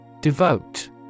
Devote